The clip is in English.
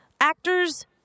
actors